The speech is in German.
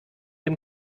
dem